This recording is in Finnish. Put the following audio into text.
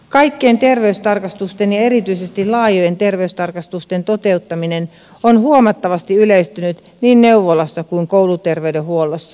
kaikkien terveystarkastusten ja erityisesti laajojen terveystarkastusten toteuttaminen on huomattavasti yleistynyt niin neuvolassa kuin kouluterveydenhuollossa